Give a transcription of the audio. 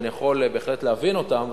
שאני יכול בהחלט להבין אותן,